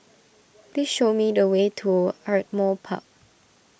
please show me the way to Ardmore Park